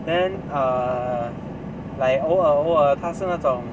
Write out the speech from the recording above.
then err like 偶尔偶尔他是那种